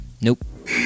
Nope